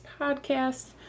podcast